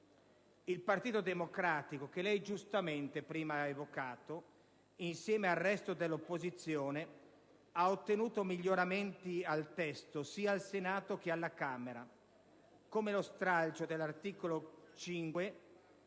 Il Partito Democratico, che lei giustamente ha prima evocato, insieme al resto dell'opposizione ha ottenuto miglioramenti al testo sia al Senato che alla Camera, come ad esempio lo stralcio dell'articolo 5,